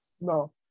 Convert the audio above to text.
No